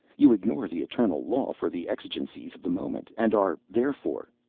you ignore the eternal law for the exigencies of the moment and are, therefore,